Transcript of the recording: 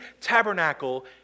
tabernacle